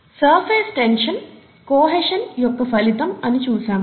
surface tension cohesion యొక్క ఫలితం అని చూసాము